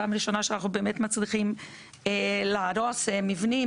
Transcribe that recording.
פעם ראשונה שאנחנו מצליחים להרוס מבנים,